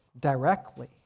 directly